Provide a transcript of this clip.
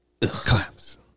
Collapse